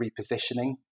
repositioning